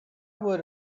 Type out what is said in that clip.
would